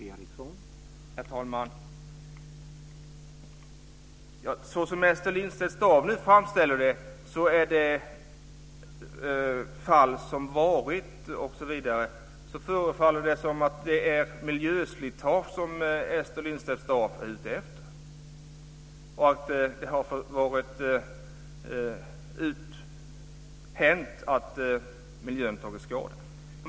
Herr talman! Som Ester Lindstedt-Staaf nu framställer detta handlar det om fall som har förekommit osv. och att det är miljöslitage som hon är ute efter. Hon säger att det har hänt att miljön har tagit skada.